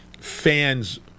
fans